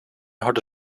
harde